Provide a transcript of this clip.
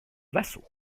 vassaux